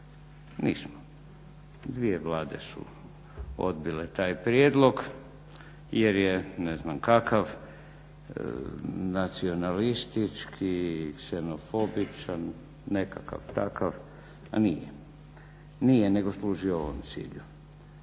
Nismo. Dvije vlade su odbile taj prijedlog jer je ne znam kakav, nacionalistički, ksenofobičan, nekakav takav, a nije. Nije nego služi ovom cilju